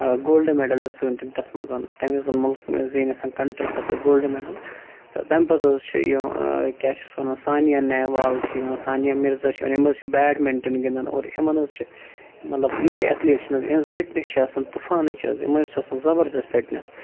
gold medal حظ زیون تٔمۍ تَتھ منٛز تٔمۍ حظ أنۍ مُلکہٕ زیٖنِتھ کَنٹِری خٲطرٕ گولڈٕ میڈَل تہٕ تَمہِ پتہٕ حظ چھِ یہِ کیاہ چھِس وَنان سانِیا نیہوال چھِ یِوان سانِیا مِرزا چھِ یِوان یِم حظ چھِ بیڈمِنٛٹَن گِنٛدان اور یِمن حظ چھِ مطلب یِم تہِ ایتھلیٖٹ چھِ نہ حظ یِہِنٛز فِٹنیس چھِ آسان طُفانٕچ حظ یِمن حظ چھِ آسان زَبردست فِٹنیس